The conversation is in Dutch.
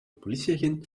politieagent